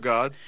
God